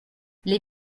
les